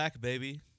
baby